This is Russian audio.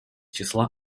числа